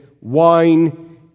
wine